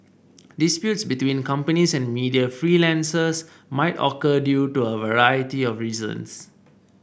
disputes between companies and media freelancers might occur due to a variety of reasons